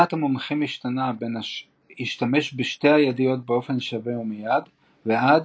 דעת המומחים משתנה בין "השתמש בשתי הידיות באופן שווה ומייד" ועד